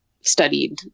studied